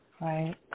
Right